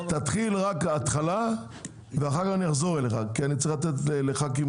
תתחיל ואחר כך אני אחזור אליך כי אני צריך לתת לח"כים,